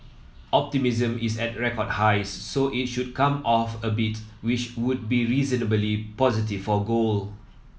optimism is at record highs so it should come off a bit which would be reasonably positive for gold